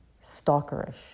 stalkerish